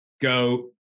go